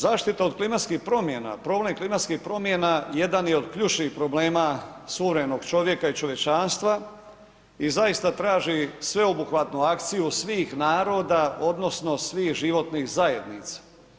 Zaštita od klimatskih promjena, problem klimatskih promjena, jedan je od ključnih problema suvremenog čovjeka i čovječanstva i zaista traži sveobuhvatnu akciju svih naroda odnosno svih životnih zajednica.